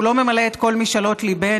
שהוא לא ממלא את כל משאלות ליבנו,